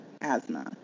asthma